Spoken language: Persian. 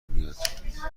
میاد